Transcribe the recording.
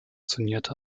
fungierte